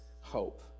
hope